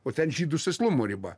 o ten žydų sėslumo riba